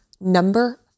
number